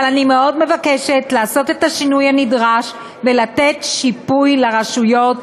אבל אני מאוד מבקשת לעשות את השינוי הנדרש ולתת שיפוי לרשויות,